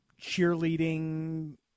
cheerleading